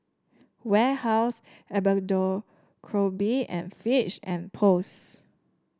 Warehouse Abercrombie and Fitch and Post